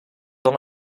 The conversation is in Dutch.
dan